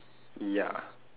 ya